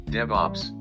DevOps